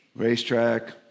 Racetrack